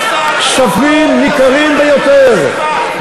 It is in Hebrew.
כספים ניכרים ביותר,